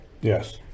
Yes